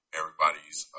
everybody's